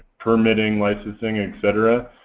permitting, licensing, etcetera,